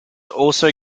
also